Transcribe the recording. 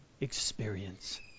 experience